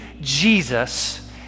jesus